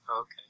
Okay